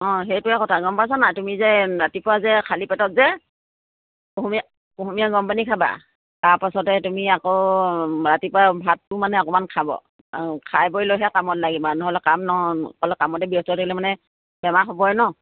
অঁ সেইটোৱে কথা গম পাইছা নাই তুমি যে ৰাতিপুৱা যে খালী পেটত যে কুহুমীয়া কুহুমীয়া গৰম পানী খাবা তাৰপাছতে তুমি আকৌ ৰাতিপুৱা ভাতটো মানে অকমান খাব খাই বৈ লৈহে কামত লাগিব নহ'লে কামতে ব্যস্ত থাকিলে মানে বেমাৰ হ'বই ন